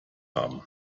haben